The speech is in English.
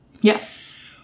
Yes